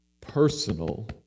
personal